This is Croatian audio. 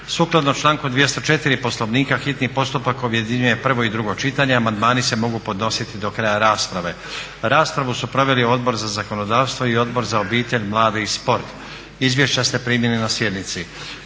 Sukladno članku 204. Poslovnika hitni postupak objedinjuje prvo i drugo čitanje, a amandmani se mogu podnositi do kraja rasprave. Raspravu su proveli Odbor za zakonodavstvo i Odbor za obitelj, mlade i sport. Izvješća ste primili na sjednici.